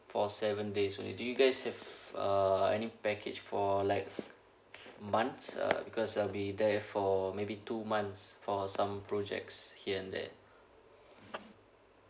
for seven days only do you guys have uh any package for like months uh because I'll be there for maybe two months for some projects here and there